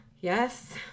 yes